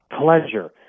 pleasure